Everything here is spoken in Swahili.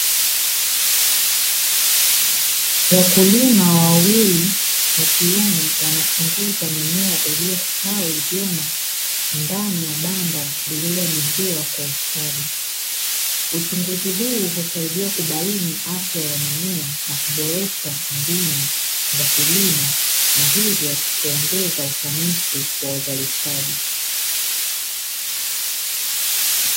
Wakulima wawili wakiume wanachunguza mimea iliyostawi vyema, ndani ya banda lililojengewa kwa ustadi. Uchunguzi huu hunasaidia kubaini afya ya mimea na kuboresha mbinu za kilimo na hivyo kuongeza ufanisi wa uzalishaji.